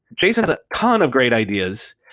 jason has a ton of great ideas.